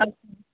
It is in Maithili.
आ